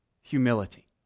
humility